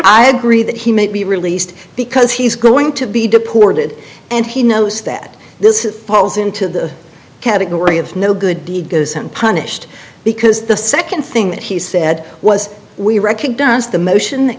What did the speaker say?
i agree that he may be released because he's going to be deported and he knows that this is falls into the category of no good deed goes unpunished because the second thing that he said was we recognize the motion th